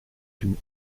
can